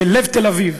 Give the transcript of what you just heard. בלב תל-אביב,